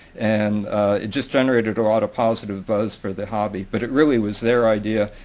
and it just generated a lot of positive buzz for the hobby. but it really was their idea.